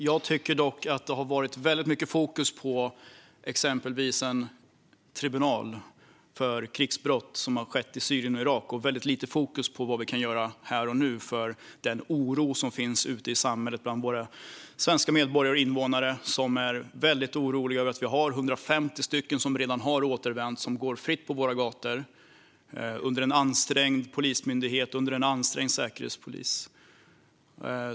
Jag tycker dock att det har varit väldigt mycket fokus på exempelvis en tribunal för krigsbrott som begåtts i Syrien och Irak och väldigt lite fokus på vad vi kan göra här och nu för att åtgärda den oro som finns i samhället bland våra svenska medborgare och invånare över att vi har 150 personer som redan har återvänt och går fritt på våra gator, med en ansträngd polismyndighet och säkerhetspolis.